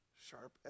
sharp